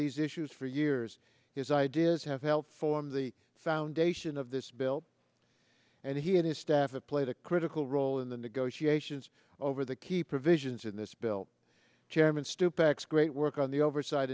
these issues for years his ideas have helped form the foundation of this bill and he and his staff have played a critical role in the negotiations over the key provisions in this bill chairman stupak great work on the oversight